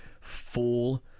full